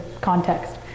context